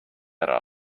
ära